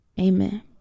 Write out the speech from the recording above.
Amen